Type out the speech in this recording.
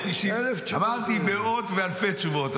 אמרתי מאות ואלפי תשובות.